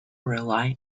rely